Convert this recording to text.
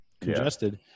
congested